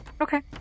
Okay